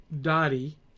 Dottie